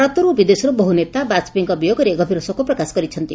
ଭାରତରୁ ଓ ବିଦେଶରୁ ବହୁ ନେତା ବାକପେୟୀଙ୍କ ବିୟୋଗରେ ଗଭୀର ଶୋକ ପ୍ରକାଶ କରିଛନ୍ତି